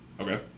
okay